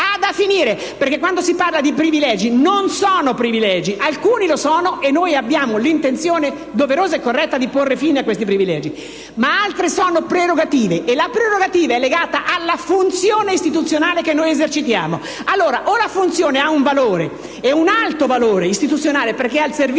deve finire! Quando si parla di privilegi, dobbiamo precisare che alcuni lo sono e noi abbiamo l'intenzione doverosa e corretta di porvi fine, ma altri sono prerogative e la prerogativa è legata alla funzione istituzionale che noi esercitiamo. Allora, o la funzione ha un alto valore istituzionale, perché è al servizio